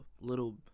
little